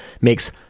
makes